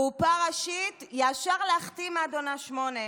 "קופה ראשית" ישר להחתים עד עונה שמינית.